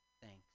thanks